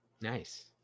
Nice